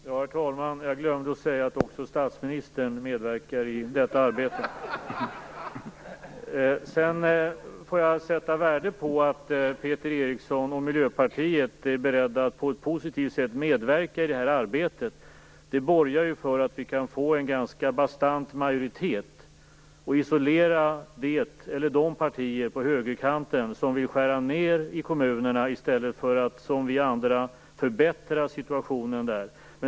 Herr talman! Jag glömde att säga att också statsministern medverkar i detta arbete. Jag sätter värde på att Peter Eriksson och Miljöpartiet är beredda att på ett positivt sätt medverka i det här arbetet. Det borgar för att vi kan få en ganska bastant majoritet och kan isolera de partier på högerkanten som vill skära ned i kommunerna i stället för att som vi andra förbättra situationen där.